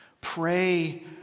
Pray